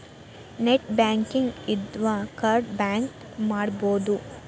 net banking ಇನ್ದಾ card block ಮಾಡ್ಸ್ಬೊದು